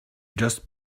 just